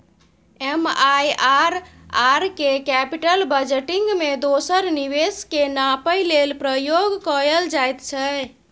MIRR केँ capital budgeting मे दोसर निबेश केँ नापय लेल प्रयोग कएल जाइत छै